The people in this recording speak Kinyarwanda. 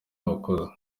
bakozi